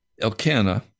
Elkanah